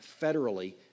federally